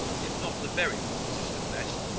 if not the very wisest and best,